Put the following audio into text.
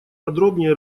подробнее